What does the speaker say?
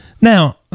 Now